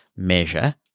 Measure